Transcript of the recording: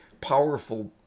powerful